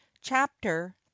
Chapter